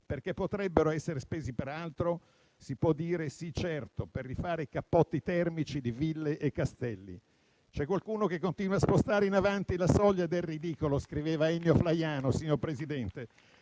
perché potrebbero essere spesi per altro, si può dire: sì, certo, per rifare i cappotti termici di ville e castelli. C'è qualcuno che continua a spostare in avanti la soglia del ridicolo, scriveva Ennio Flaiano, signor Presidente.